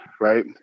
right